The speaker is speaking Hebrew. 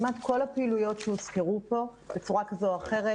כמעט כל הפעילויות שהוזכרו פה בצורה כזו או אחרת,